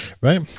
right